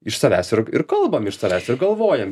iš savęs ir ir kalbam iš savęs ir galvojam